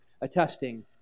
attesting